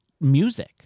music